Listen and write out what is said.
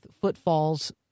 footfalls